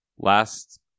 last